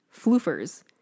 floofers